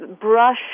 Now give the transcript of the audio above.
brush